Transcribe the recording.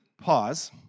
pause